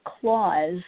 clause